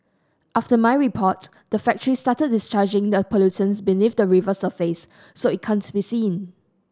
after my report the factory started discharging the a pollutants beneath the river surface so it can't be seen